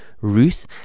Ruth